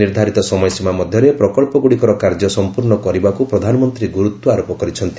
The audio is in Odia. ନିର୍ଦ୍ଧାରିତ ସମୟସୀମା ମଧ୍ୟରେ ପ୍ରକଳ୍ପଗୁଡ଼ିକର କାର୍ଯ୍ୟ ସମ୍ପର୍ଷ କରିବାକୁ ପ୍ରଧାନମନ୍ତ୍ରୀ ଗୁରୁତ୍ୱ ଆରୋପ କରିଛନ୍ତି